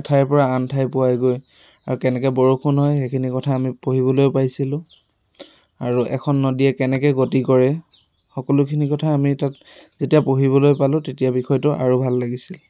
এঠাইৰ পৰা আন ঠাই পোৱাইগৈ আৰু কেনেকৈ বৰষুণ হয় সেইখিনি কথা আমি পঢ়িবলৈও পাইছিলোঁ আৰু এখন নদীয়ে কেনেকে গতি কৰে সকলোখিনি কথা আমি তাত যেতিয়া পঢ়িবলৈ পালোঁ তেতিয়া বিষয়টো আৰু ভাল লাগিছিল